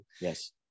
Yes